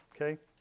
Okay